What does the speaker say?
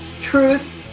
Truth